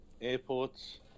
airports